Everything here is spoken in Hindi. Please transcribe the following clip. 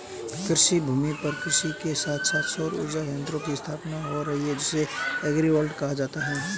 कृषिभूमि पर कृषि के साथ साथ सौर उर्जा संयंत्रों की स्थापना हो रही है जिसे एग्रिवोल्टिक कहा जाता है